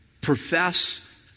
profess